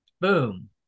boom